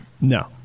No